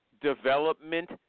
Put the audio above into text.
development